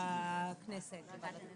שוב את הנוסח, אני רק מציגה כמה